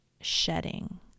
shedding